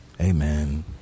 Amen